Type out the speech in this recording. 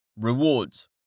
Rewards